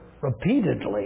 repeatedly